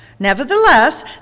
Nevertheless